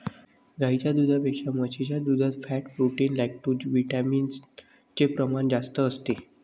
गाईच्या दुधापेक्षा म्हशीच्या दुधात फॅट, प्रोटीन, लैक्टोजविटामिन चे प्रमाण जास्त असते